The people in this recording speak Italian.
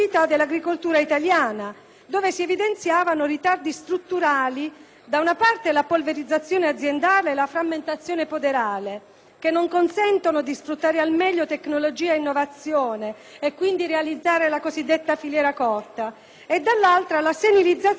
cui si evidenziavano ritardi strutturali. Da un lato, la polverizzazione aziendale e la frammentazione poderale, che non consentono di sfruttare al meglio tecnologia ed innovazione e quindi di realizzare la cosiddetta filiera corta, dall'altro la senilizzazione della nostra agricoltura,